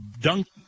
Dunk